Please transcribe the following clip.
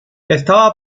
estaba